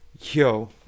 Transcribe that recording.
yo